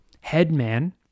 headman